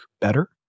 better